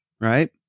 Right